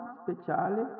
speciale